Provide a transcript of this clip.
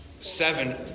seven